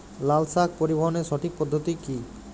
লালশাক পরিবহনের সঠিক পদ্ধতি কি?